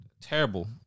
Terrible